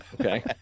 okay